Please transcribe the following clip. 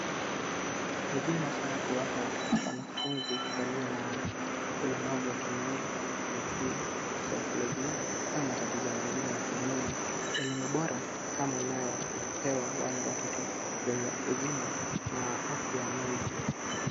Ni vyema sana kuwapa wanafunzi walio na ulemavu wa kimwili, kiakili, kisaikoljia au matatizo mengine ya kimwili elimu bora kama inayopewa wale watoto wenye uzima na afya ya mwili.